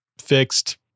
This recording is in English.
fixed